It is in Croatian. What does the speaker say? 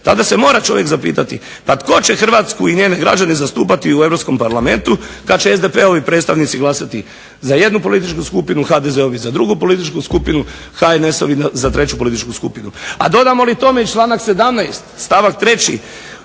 tada se mora čovjek zapitati, pa tko će Hrvatsku i njezine građane zastupati u Europskom parlamentu kada će SDP-ovi predstavnici glasati za jednu političku skupinu, HDZ-ovi za drugu političku skupinu, HNS-ovi za treću političku skupinu. A dodamo li tome i članak 17. stavak 3.